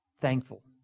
thankful